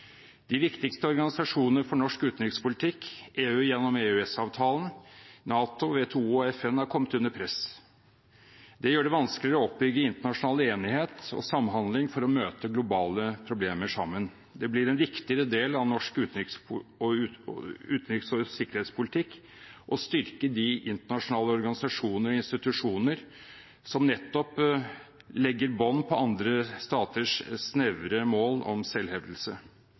De viktigste organisasjonene for norsk utenrikspolitikk, EU gjennom EØS-avtalen, NATO, WTO og FN, er kommet under press. Det gjør det vanskeligere å bygge opp internasjonal enighet og samhandling for å møte globale problemer sammen. Det blir en viktigere del av norsk utenriks- og sikkerhetspolitikk å styrke de internasjonale organisasjoner og institusjoner som nettopp legger bånd på andre staters snevre mål om selvhevdelse.